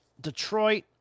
Detroit